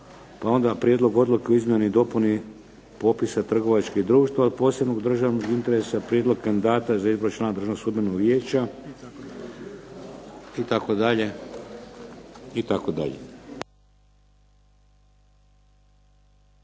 Pa onda Prijedlog oluke o izmjeni i dopuni popisa trgovačkih društava od posebnog državnog interesa. Prijedlog kandidata za izbor člana Državnog sudbenog vijeća itd.